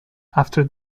after